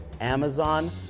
Amazon